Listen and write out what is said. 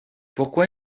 pourquoi